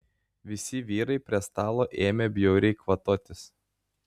visi vyrai prie stalo ėmė bjauriai kvatotis